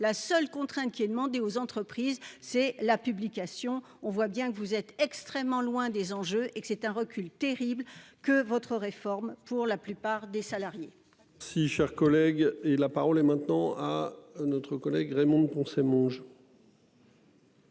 La seule contrainte qui est demandé aux entreprises, c'est la publication, on voit bien que vous êtes extrêmement loin des enjeux et que c'est un recul terrible que votre réforme pour la plupart des salariés. Si cher collègue et la parole est maintenant à notre collègue Raymonde Poncet mange.